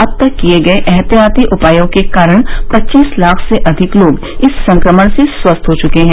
अब तक किए गए एहतियाती उपायों के कारण पच्चीस लाख से अधिक लोग इस संक्रमण से स्वस्थ हो चुके हैं